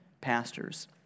pastors